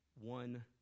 one